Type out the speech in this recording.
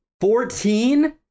Fourteen